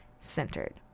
centered